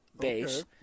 base